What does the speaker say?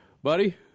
Buddy